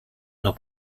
nos